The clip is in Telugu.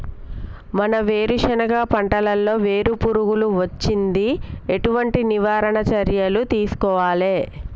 మా వేరుశెనగ పంటలలో వేరు పురుగు వచ్చింది? ఎటువంటి నివారణ చర్యలు తీసుకోవాలే?